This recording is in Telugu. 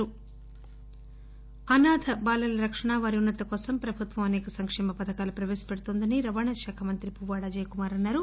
పువ్వాడ అజయ్ అనాధ బాలల రక్షణ వారి ఉన్నతి కోసం ప్రభుత్వం అసేక సంకేమ పథకాలు ప్రవేశపెడుతతోందని రాష్ట రవాణా శాఖ మంత్రి పువ్వాడ అజయ్ కుమార్ అన్నారు